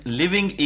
living